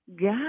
God